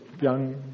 young